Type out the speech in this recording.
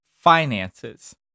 finances